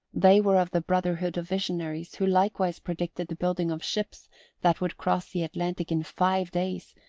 they were of the brotherhood of visionaries who likewise predicted the building of ships that would cross the atlantic in five days,